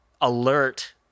alert